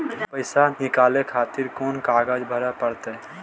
पैसा नीकाले खातिर कोन कागज भरे परतें?